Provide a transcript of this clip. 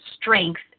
strength